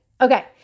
Okay